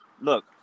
look